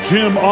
Jim